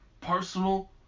personal